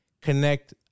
connect